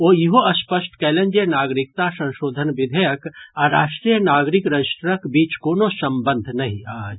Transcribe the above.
ओ ईहो स्पष्ट कयलनि जे नागरिकता संशोधन विधेयक आ राष्ट्रीय नागरिक रजिस्टरक बीच कोनो संबंध नहि अछि